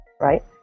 right